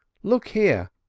look here.